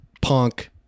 punk